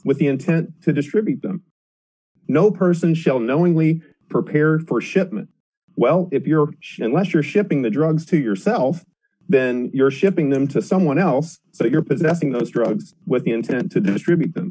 with the intent to distribute them no person shall knowingly prepare for shipment well if you're unless you're shipping the drugs to yourself then you're shipping them to someone else so you're possessing those drugs with the intent to distribute them